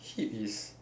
hip is